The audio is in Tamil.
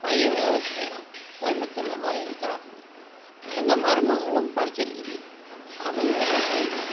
பையன் வேலை செய்கிறான் கோயம்புத்தூரில் தான் இருக்கிறான் எங்கள் மருமகளும் படித்திருக்குது அதுவும் வேலை செய்யுது